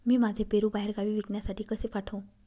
मी माझे पेरू बाहेरगावी विकण्यासाठी कसे पाठवू?